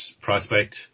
prospect